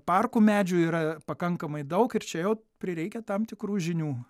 parkų medžių yra pakankamai daug ir čia jau prireikia tam tikrų žinių o kaip